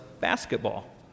basketball